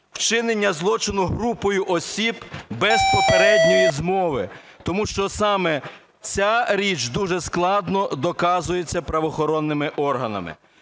вчинення злочину групою осіб без попередньої змови. Тому що саме ця річ дуже складно доказується правоохоронними органами.